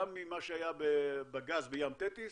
גם ממה שהיה בגז בים תטיס